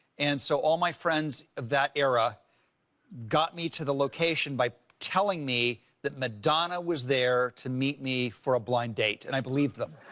and, so, all my friends of that era got me to the location by telling me that madonna was there to meet me for a blind date, and i believed them.